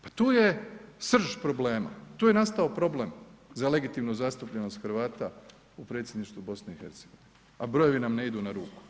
Pa tu je srž problema, tu je nastao problem za legitimnu zastupljenost Hrvata u predsjedništvu BiH, brojevi nam ne idu na ruku.